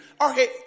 Okay